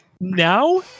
now